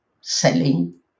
selling